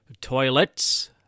toilets